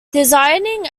designing